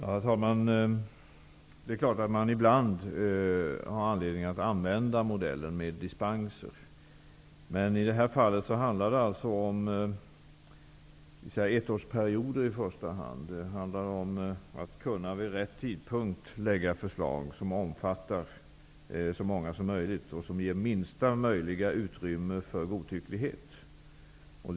Herr talman! Det är klart att man ibland har anledning att använda sig av modellen med dispenser. Men i det här fallet handlar det i första hand om ettårsperioder och om att vid rätt tidpunkt lägga fram förslag till regler som omfattar så många som möjligt och som ger minsta möjliga utrymme för godtycklighet.